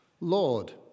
Lord